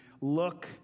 look